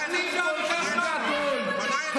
חבר הכנסת בליאק, קריאה שנייה.